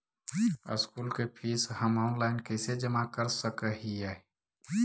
School के fees हम online कैसे जमा कर सक हिय?